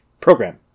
Program